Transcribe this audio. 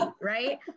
right